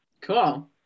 Cool